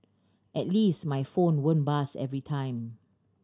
at least my phone won't buzz every time